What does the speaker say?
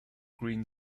green